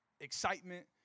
excitement